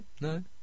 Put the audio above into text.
No